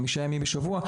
חמישה ימים בשבוע,